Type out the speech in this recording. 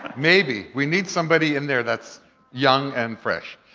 maybe. we need somebody in there that's young and fresh